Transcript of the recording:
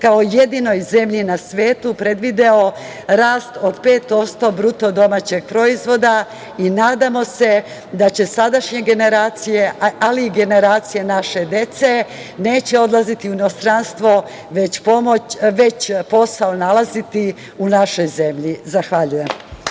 kao jedinoj zemlji na svetu je predvideo rast od 5% BDP i nadamo se da sadašnje generacije, ali i generacije naše dece neće odlaziti u inostranstvo, već posao nalaziti u našoj zemlji. Zahvaljujem.